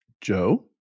Joe